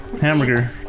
Hamburger